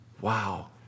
Wow